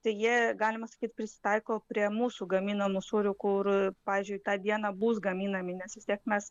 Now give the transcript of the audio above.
tai jie galima sakyt prisitaiko prie mūsų gaminamų sūrių kur pavyzdžiui tą dieną bus gaminami nes vis tiek mes